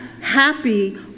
happy